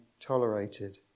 tolerated